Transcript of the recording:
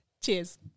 cheers